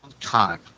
time